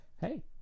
hey